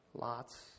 lots